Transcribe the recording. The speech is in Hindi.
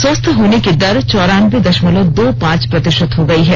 स्वस्थ होने की दर चौरानबे दशमलव दो पांच प्रतिशत हो गयी है